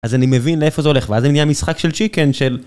אז אני מבין לאיפה זה הולך, ואז זה נהיה משחק של צ'יקן של...